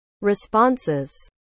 responses